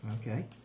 Okay